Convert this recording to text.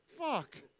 Fuck